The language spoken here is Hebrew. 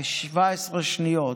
כ-17 שניות,